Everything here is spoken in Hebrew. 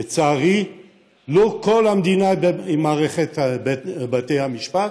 לצערי לא כל המדינה עם מערכת בתי המשפט,